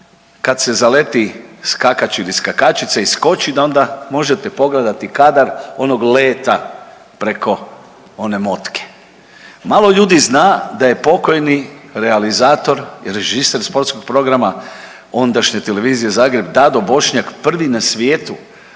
kad se zaleti skakač ili skakačica i skoči da onda možete pogledati kadar onog leta preko one motke. Malo ljudi zna da je pokojni realizator i režiser sportskog programa ondašnje TV Zagreb Dado Bošnjak prvi na svijetu